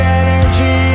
energy